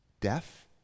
death